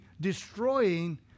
destroying